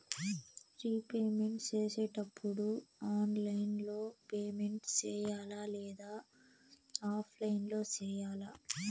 repayment సేసేటప్పుడు online లో payment సేయాలా లేదా ఆఫ్లైన్ లో సేయాలా